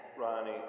Ronnie